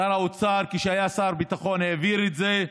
שר האוצר, כשהיה שר הביטחון, העביר את זה,